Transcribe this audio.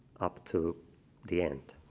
up to the end.